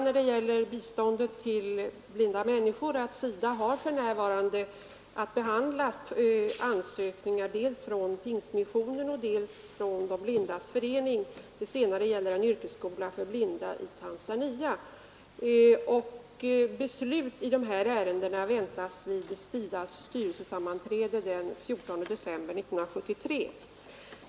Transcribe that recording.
När det gäller biståndet till blinda kan jag också nämna att SIDA för närvarande har att behandla ansökningar, dels från Pingstmissionen, dels från De blindas förening. Den senare gäller en yrkesskola för blinda i Tanzania. Beslut i detta ärende väntas vid SIDA:s styrelsesammanträde den 14 december 1973.